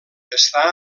està